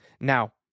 Now